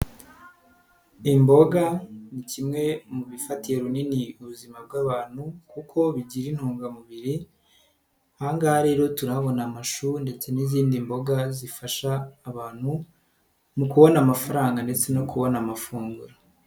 Imboga ni kimwe mu bifatiye runini ubuzima bw'abantu kuko bigira intungamubiri, aha nganga rero turahabona amashuri ndetse n'izindi mboga zifasha abantu, mu kubona amafaranga ndetse no kubona amafunguro.